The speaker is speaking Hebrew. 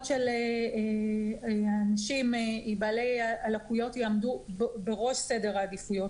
של אנשים עם בעלי לקויות יעמדו בראש סדר העדיפויות,